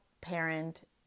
parent